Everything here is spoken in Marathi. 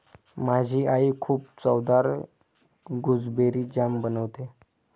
माझी आई खूप चवदार गुसबेरी जाम बनवते